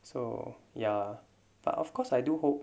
so ya but of course I do hope